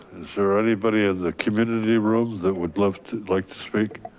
there anybody in the community rooms that would love to like to speak?